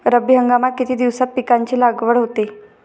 रब्बी हंगामात किती दिवसांत पिकांची लागवड होते?